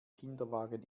kinderwagen